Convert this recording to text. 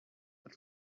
but